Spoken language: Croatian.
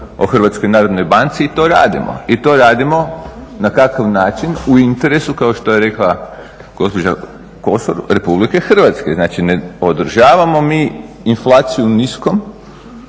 Zakona o HNB-u i to radimo. I to radimo na kakav način? U interesu kao što je rekla gospođa Kosor Republike Hrvatske. Znači, ne podržavamo mi inflaciju niskom,